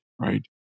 right